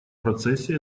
процессе